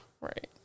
Right